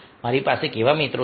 મારી પાસે કેવા મિત્રો છે